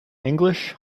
english